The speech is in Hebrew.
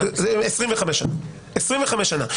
25 שנה.